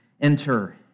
enter